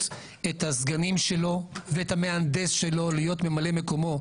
את הסגנים שלו ואת המהנדס שלו להיות ממלא מקומו,